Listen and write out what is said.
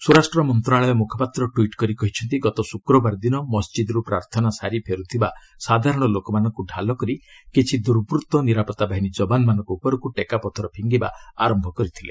ସ୍ୱରାଷ୍ଟ୍ର ମନ୍ତ୍ରଣାଳୟ ମୁଖପାତ୍ର ଟ୍ୱିଟ୍ କରି କହିଛନ୍ତି ଗତ ଶୁକ୍ରବାର ଦିନ ମସ୍ଜିଦ୍ରୁ ପ୍ରାର୍ଥନା ସାରି ଫେରୁଥିବା ସାଧାରଣ ଲୋକମାନଙ୍କୁ ଢାଲ କରି କିଛି ଦୁର୍ବୂର୍ତ୍ତ ନିରାପତ୍ତା ବାହିନୀ ଯବାନମାନଙ୍କ ଉପରକୁ ଠେକାପଥର ଫିଙ୍ଗିବା ଆରମ୍ଭ କରିଥିଲେ